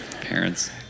Parents